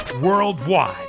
Worldwide